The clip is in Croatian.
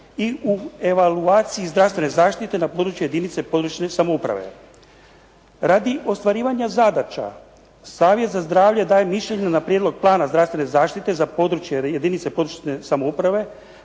i u evaluaciji zdravstvene zaštite na području jedinice područne samouprave. Radi ostvarivanja zadaća Savjet za zdravlje daje mišljenje na prijedlog plana zdravstvene zaštite za područje jedinice područne samouprave